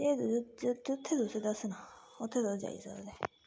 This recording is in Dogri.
जित्थें तुसें दस्सना उत्थें तुस जाई सकदे